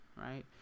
right